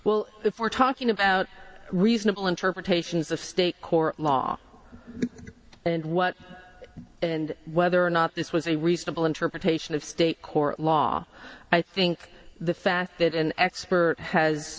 well if we're talking about reasonable interpretations of state core law and what and whether or not this was a reasonable interpretation of state court law i think the fact that an expert has